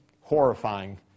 horrifying